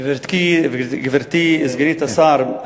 גברתי סגנית השר,